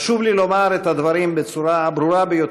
חשוב לי לומר את הדברים בצורה הברורה ביותר: